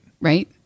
right